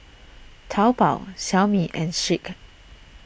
Taobao Xiaomi and Schick